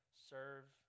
serve